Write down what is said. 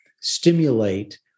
stimulate